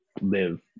live